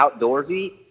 outdoorsy